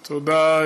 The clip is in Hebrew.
תודה.